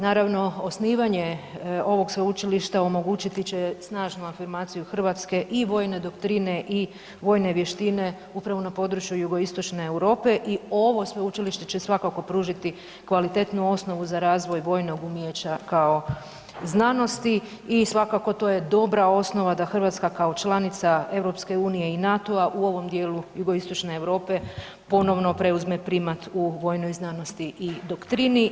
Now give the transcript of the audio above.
Naravno osnivanje ovog sveučilišta omogućiti će snažnu afirmaciju Hrvatske i vojne doktrine i vojne vještine upravo na području Jugoistočne Europe i ovo sveučilište će svakako pružiti kvalitetnu osnovu za razvoj vojnog umijeća kao znanosti i svakako to je dobra osnova da Hrvatska kao članica EU i NATO-a u ovom dijelu Jugoistočne Europe ponovno preuzme primat u vojnoj znanosti i doktrini.